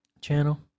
channel